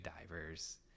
divers